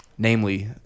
Namely